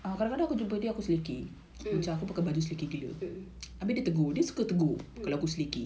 mm mmhmm